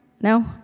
No